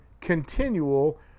continual